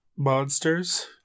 Monsters